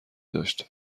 داشت